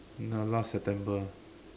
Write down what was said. the last September